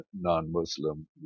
non-Muslim